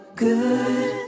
good